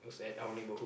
at our neighbourhood